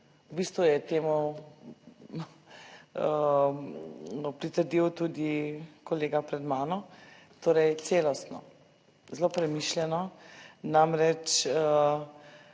v bistvu je temu pritrdil tudi kolega pred mano. Torej celostno, zelo premišljeno. Namreč,